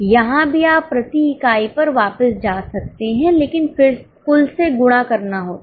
यहां भी आप प्रति इकाई पर वापस जा सकते हैं लेकिन फिर कुलसे गुणा करना होता है